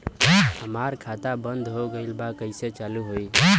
हमार खाता बंद हो गईल बा कैसे चालू होई?